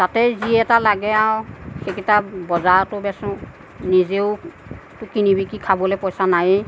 তাতে যি এটা লাগে আৰু সেইকেইটা বজাৰতো বেচোঁ নিজেও কিনি বিকি খাবলৈ পইচা নাইয়েই